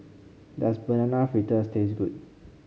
does Banana Fritters taste good